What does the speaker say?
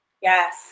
Yes